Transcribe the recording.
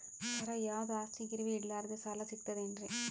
ಸರ, ಯಾವುದು ಆಸ್ತಿ ಗಿರವಿ ಇಡಲಾರದೆ ಸಾಲಾ ಸಿಗ್ತದೇನ್ರಿ?